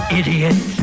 idiot